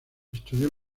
estudió